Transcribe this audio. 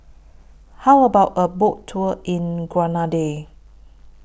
How about A Boat Tour in Grenada